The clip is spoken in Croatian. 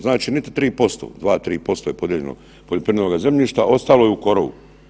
Znači niti 3%, 2-3% je podijeljeno poljoprivrednoga zemljišta, ostalo je u korovu.